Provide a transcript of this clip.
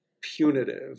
punitive